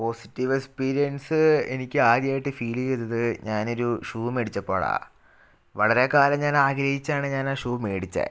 positive experience എനിക്ക് ആദ്യമായിട്ട് feel ചെയ്തത് ഞാനൊരു ഷൂ മേടിച്ചപ്പോഴാണ് വളരെ കാലം ഞാൻ ആഗ്രഹിച്ചാണ് ഞാൻ ആ ഷൂ മേടിച്ചത്